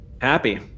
happy